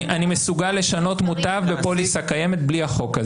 אני מסוגל לשנות מוטב בפוליסה קיימת בלי החוק הזה,